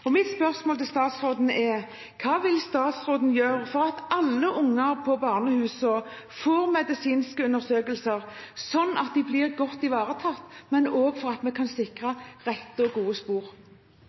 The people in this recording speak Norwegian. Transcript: Mitt spørsmål til statsråden er: Hva vil statsråden gjøre for at alle unger på barnehusene får medisinsk undersøkelse, sånn at de blir godt ivaretatt, men også for at vi kan sikre riktige og gode spor?